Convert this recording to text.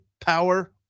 power